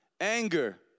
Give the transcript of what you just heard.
Anger